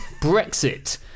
brexit